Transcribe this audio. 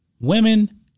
Women